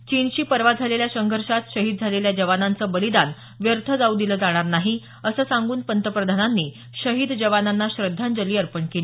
चीनशी परवा झालेल्या संघर्षात शहीद झालेल्या जवानांचं बलिदान व्यर्थ जाऊ दिलं जाणार नाही असं सांगून पंतप्रधानांनी शहीद जवानांना श्रद्धांजली अर्पण केली